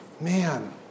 Man